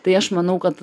tai aš manau kad